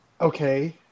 okay